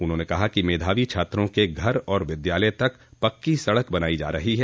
उन्होंने कहा कि मेधावी छात्रों के घर और विद्यालय तक पक्की सड़क बनायी जा रही है